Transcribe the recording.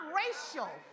racial